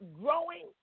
growing